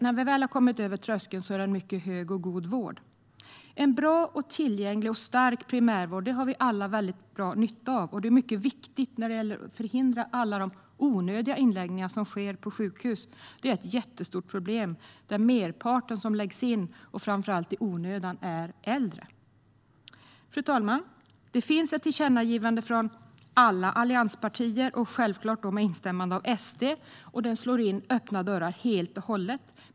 När vi väl har kommit över tröskeln är det dock en mycket god vård. En bra, tillgänglig och stark primärvård har vi alla nytta av, och den är mycket viktig när det gäller att förhindra alla onödiga inläggningar på sjukhus. De är ett jättestort problem, och merparten som läggs in i onödan är äldre. Fru talman! Det finns ett tillkännagivande från alla allianspartier, självfallet med instämmande av SD, som slår in helt öppna dörrar.